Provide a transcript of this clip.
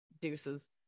deuces